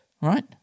right